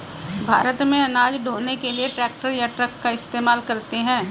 भारत में अनाज ढ़ोने के लिए ट्रैक्टर या ट्रक का इस्तेमाल करते हैं